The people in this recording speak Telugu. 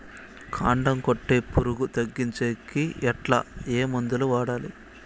కాండం కొట్టే పులుగు తగ్గించేకి ఎట్లా? ఏ మందులు వాడాలి?